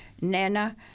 Nana